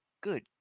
good